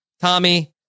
Tommy